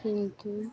thank you